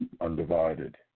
undivided